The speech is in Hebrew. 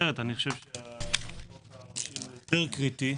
חושב שחוק העונשין יותר קריטי,